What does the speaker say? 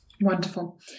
Wonderful